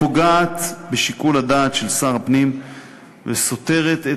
פוגעת בשיקול הדעת של שר הפנים וסותרת את